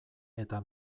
eta